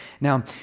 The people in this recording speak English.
Now